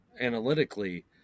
Analytically